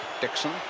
Dixon